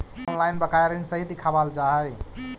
का ऑनलाइन बकाया ऋण सही दिखावाल जा हई